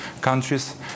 countries